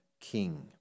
king